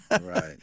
Right